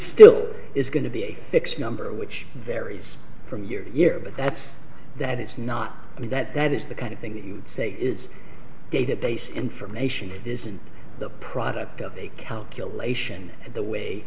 still is going to be a fixed number which varies from year to year but that's that it's not and that that is the kind of thing that he would say it's database information it isn't the product of a calculation and the way